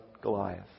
Goliath